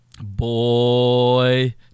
Boy